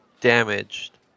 damaged